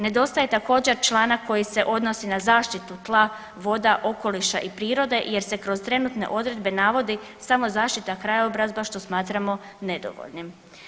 Nedostaje također članak koji se odnosi na zaštitu tla, voda, okoliša i prirode jer se kroz trenutne odredbe navodi samo zaštita krajobraza što smatramo nedovoljnim.